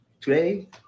Today